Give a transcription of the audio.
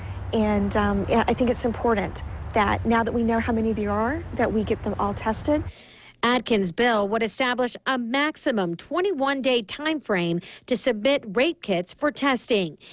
and yeah i think it's important that now that we know how many there are that we get them all tested. reporter atkins bill would establish a maximum twenty one daytime frame to submit rape kits for testing.